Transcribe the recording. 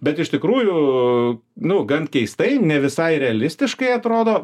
bet iš tikrųjų nu gan keistai ne visai realistiškai atrodo